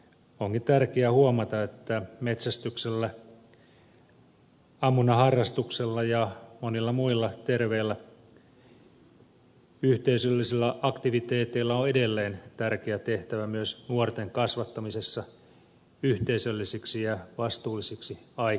onkin tärkeä huomata että metsästyksellä ammunnan harrastuksella ja monilla muilla terveillä yhteisöllisillä aktiviteeteilla on edelleen tärkeä tehtävä myös nuorten kasvattamisessa yhteisöllisiksi ja vastuullisiksi aikuisiksi